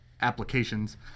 applications